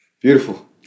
Beautiful